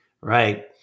Right